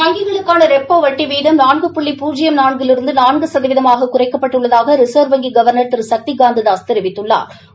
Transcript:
வங்கிகளுக்கான repo வட்டி வீதம் நான்கு புள்ளி பூஜ்ஜியம் நான்கிலிருந்து நான்கு கதவீதமாக குறைக்கப்பட்டுள்ளதாக ரிசா்வ் வங்கி கவா்னா் திரு சக்தி காந்ததாஸ் தெரிவித்துள்ளாா்